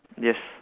yes